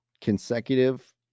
consecutive